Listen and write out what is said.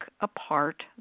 apart